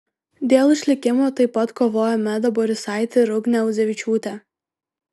dėl išlikimo taip pat kovojo meda borisaitė ir ugnė audzevičiūtė